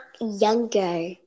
younger